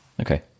okay